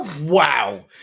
Wow